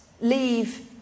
leave